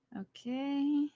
okay